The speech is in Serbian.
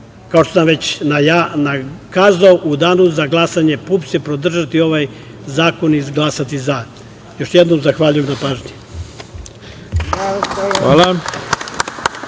što sam već kazao, u danu za glasanje, PUPS će podržati ovaj zakon i glasati za. Još jednom zahvaljujem na pažnji. **Ivica